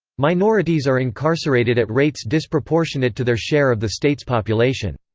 minorities are incarcerated at rates disproportionate to their share of the state's population.